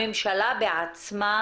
הממשלה בעצמה